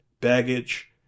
baggage